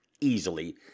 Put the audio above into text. easily